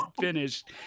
finished